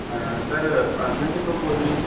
sir Arjan Dhillon ਬੋਲ ਰਹੇ ਆ